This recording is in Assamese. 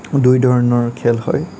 দুই ধৰণৰ খেল হয়